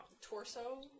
torso